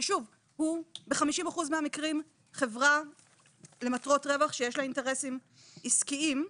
ששוב הוא ב-50% מהמקרים חברה למטרות רווח שיש לה אינטרסים עסקיים,